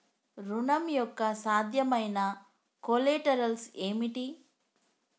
ఋణం యొక్క సాధ్యమైన కొలేటరల్స్ ఏమిటి?